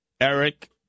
Eric